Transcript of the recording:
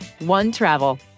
OneTravel